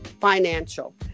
financial